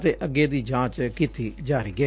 ਅਤੇ ਅੱਗੇ ਦੀ ਜਾਂਚ ਕੀਤੀ ਜਾ ਰਹੀ ਏ